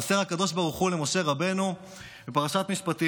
מוסר הקדוש ברוך הוא למשה רבנו בפרשת משפטים